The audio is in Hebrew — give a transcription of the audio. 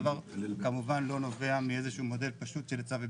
הדבר כמובן לא נובע ממודל פשוט של היצע וביקוש.